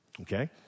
Okay